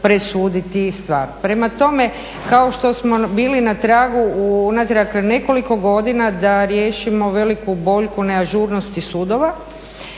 presuditi stvar. Prema tome, kao što smo bili na tragu unatrag nekoliko godina da riješimo veliku boljku neažurnosti sudova